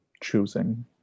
choosing